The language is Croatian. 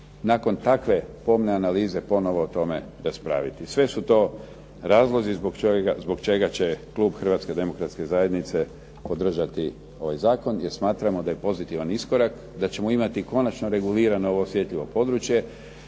nakon takve pomne analize ponovno o tome raspraviti. Sve su to razlozi zbog čega će Klub Hrvatske demokratske zajednice podržati ovaj zakon jer smatramo da je pozitivan iskorak, da ćemo imati konačno regulirano ovo osjetljivo područje